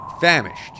Famished